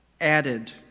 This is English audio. Added